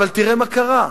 אבל תראה מה קרה.